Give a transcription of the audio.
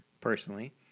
personally